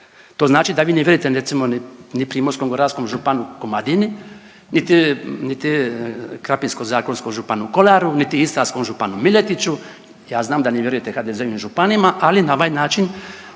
To znači da vi ne vjerujete recimo ni Primorsko-goranskom županu Komadini, niti Krapinsko-zagorskom županu Kolaru niti istarskom županu Miletiću, ja znam da ne vjerujete HDZ-ovim županima, ali na ovaj način